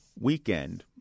weekend